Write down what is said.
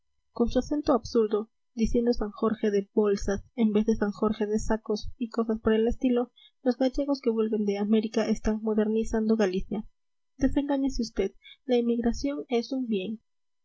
con su acento absurdo diciendo san jorge de bolsas en vez de san jorge de sacos y cosas por el estilo los gallegos que vuelven de américa están modernizando galicia desengáñese usted la emigración es un bien